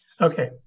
Okay